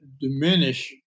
diminish